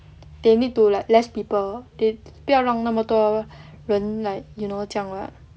they need to like less people they 不要让那么多人 like you know 这样 [what]